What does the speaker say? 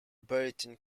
burton